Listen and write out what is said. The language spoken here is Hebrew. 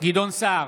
גדעון סער,